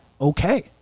okay